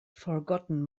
forgotten